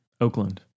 Oakland